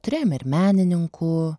turėjome ir menininkų